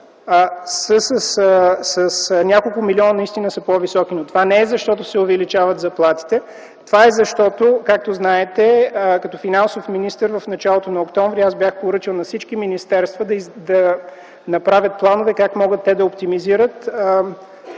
с няколко милиона са по-високи, но това не е защото се увеличават заплатите, а това е, защото, както знаете, като финансов министър в началото на м. октомври м.г. аз бях поръчал на всички министерства да направят планове за това как могат те да оптимизират